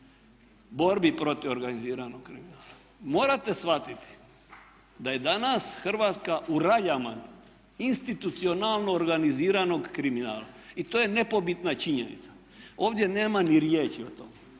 borbi protiv organiziranog kriminala. Morate shvatiti da je danas Hrvatska u raljama institucionalno organiziranog kriminala i to je nepobitna činjenica. Ovdje nema ni riječi o tome.